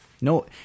no